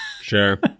Sure